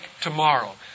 tomorrow